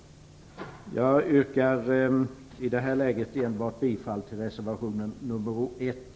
Jag yrkar i det här läget bifall enbart till reservation nr 1.